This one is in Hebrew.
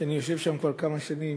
שאני יושב בה כבר כמה שנים,